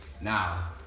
Now